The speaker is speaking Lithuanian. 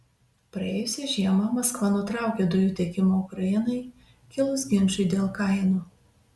praėjusią žiemą maskva nutraukė dujų tiekimą ukrainai kilus ginčui dėl kainų